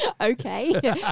Okay